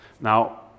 now